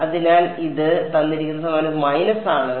അതിനാൽ ഇത് മൈനസ് ആണ്